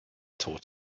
taught